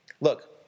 Look